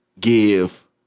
give